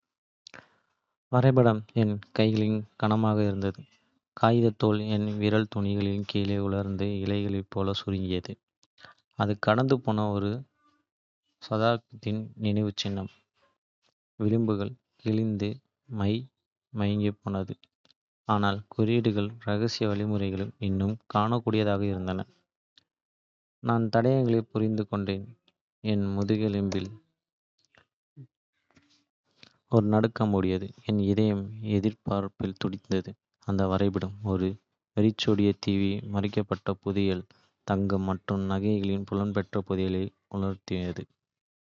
வரைபடம் என் கைகளில் கனமாக இருந்தது, காகிதத் தோல் என் விரல் நுனிகளுக்குக் கீழே உலர்ந்த இலைகளைப் போல சுருங்கியது. அது கடந்துபோன ஒரு சகாப்தத்தின் நினைவுச்சின்னம், விளிம்புகள் கிழிந்து, மை மங்கிப்போனது, ஆனால் குறியீடுகளும் ரகசிய வழிமுறைகளும் இன்னும் காணக்கூடியதாக இருந்தன. நான் தடயங்களைப் புரிந்துகொண்டபோது என் முதுகெலும்பில். ஒரு நடுக்கம் ஓடியது, என் இதயம் எதிர்பார்ப்பால் துடித்தது. அந்த வரைபடம் ஒரு வெறிச்சோடிய தீவில் மறைக்கப்பட்ட புதையல், தங்கம் மற்றும் நகைகளின் புகழ்பெற்ற புதையலை உறுதியளித்தது.